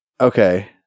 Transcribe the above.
Okay